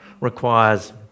requires